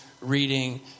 reading